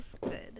good